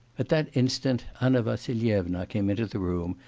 at that instant anna vassilyevna came into the room,